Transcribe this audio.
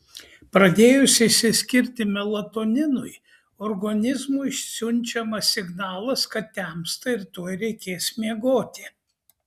pradėjus išsiskirti melatoninui organizmui siunčiamas signalas kad temsta ir tuoj reikės miegoti